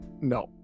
No